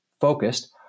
focused